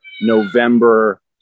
november